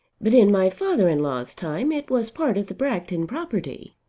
but in my father-in-law's time it was part of the bragton property.